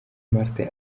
martin